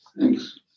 Thanks